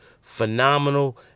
phenomenal